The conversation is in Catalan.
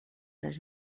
les